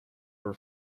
for